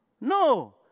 No